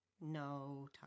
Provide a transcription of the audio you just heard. No